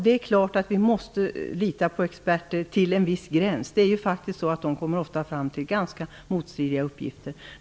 Det är klart att vi måste lita på experter till en viss gräns, men de kommer ju faktiskt ofta fram till ganska motstridiga uppgifter.